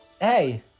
Hey